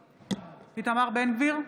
(קוראת בשם חבר הכנסת) איתמר בן גביר,